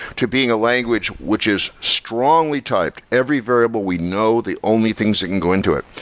to being a language which is strongly typed. every variable, we know the only things that can go into it.